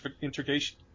integration